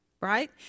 right